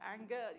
anger